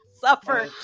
Suffer